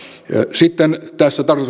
sitten tässä